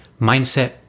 Mindset